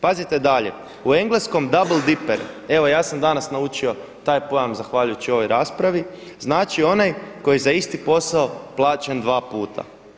Pazite dalje, u engleskom double diper evo ja sam danas naučio taj pojam zahvaljujući ovoj raspravi, znači onaj koji je za isti posao plaćen dva puta.